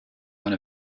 one